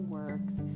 works